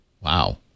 Wow